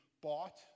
bought